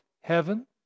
heaven